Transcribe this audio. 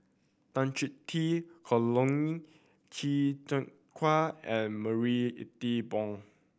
Tan Chong Tee Colin Qi Zhe Quan and Marie Ethel Bong